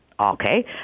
Okay